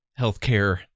healthcare